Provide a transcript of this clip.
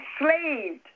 enslaved